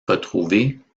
retrouvés